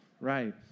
Right